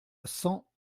cent